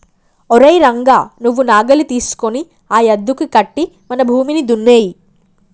ఓరై రంగ నువ్వు నాగలి తీసుకొని ఆ యద్దుకి కట్టి మన భూమిని దున్నేయి